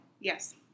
Yes